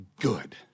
good